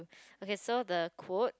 okay so the quote